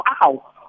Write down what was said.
Wow